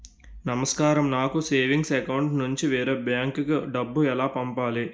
నమస్కారం నాకు savings account నుంచి వేరే బ్యాంక్ కి డబ్బు ఎలా పంపాలి?